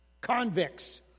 convicts